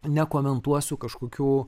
nekomentuosiu kažkokių